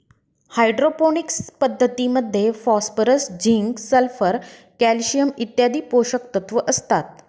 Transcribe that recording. hydroponics पद्धतीमध्ये phosphorus, zinc, sulphur, calcium इत्यादी पोषकतत्व असतात